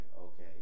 okay